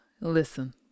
Listen